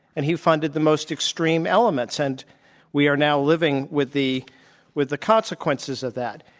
and he funded the most extreme elements. and we are now living with the with the consequences of that.